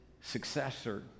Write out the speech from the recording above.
successor